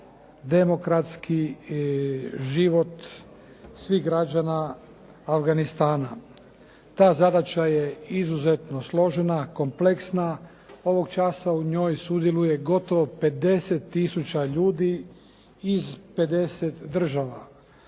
demokratski život svih građana Afganistana. Ta zadaća je izuzetno složena, kompleksna. Ovog časa u njoj sudjeluje gotovo 50 tisuća ljudi iz 50 država.